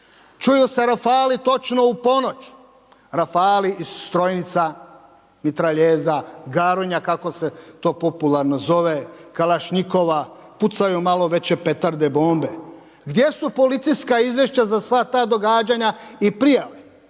čuju se rafali točno u ponoć, rafali iz strojnica, mitraljeza „garonja“ kako se to popularno zove, kalašnjikova, pucaju malo veće petarde, bombe. Gdje su policijska izvješća za sva ta događanja i prijave?